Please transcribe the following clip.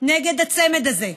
נגד הצמד הזה.